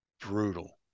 brutal